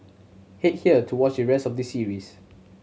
head here to watch the rest of the series